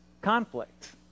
conflict